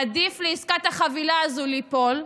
עדיף לעסקת החבילה הזאת ליפול,